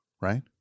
Right